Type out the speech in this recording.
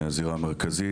הזירה המרכזית.